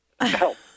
help